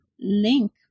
link